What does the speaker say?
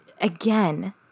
again